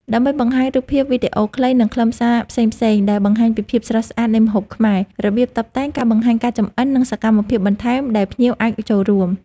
ដើម្បីបង្ហាញរូបភាព វីដេអូខ្លី និងខ្លឹមសារផ្សេងៗដែលបង្ហាញពីភាពស្រស់ស្អាតនៃម្ហូបខ្មែរ របៀបតុបតែង ការបង្ហាញការចម្អិន និងសកម្មភាពបន្ថែមដែលភ្ញៀវអាចចូលរួម។